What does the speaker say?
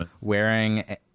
wearing